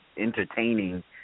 entertaining